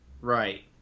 Right